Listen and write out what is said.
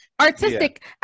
Artistic